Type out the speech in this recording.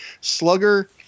Slugger